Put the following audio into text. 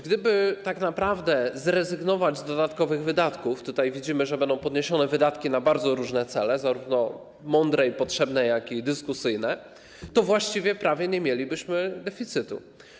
Gdyby tak naprawdę zrezygnować z dodatkowych wydatków, a tutaj widzimy, że będą podniesione wydatki na bardzo różne cele, zarówno mądre i potrzebne, jak i dyskusyjne, to właściwie prawie nie mielibyśmy deficytu.